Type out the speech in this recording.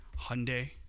Hyundai